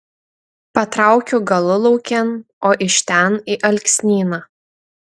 patraukiu galulaukėn o iš ten į alksnyną